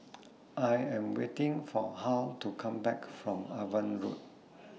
I Am waiting For Hal to Come Back from Avon Road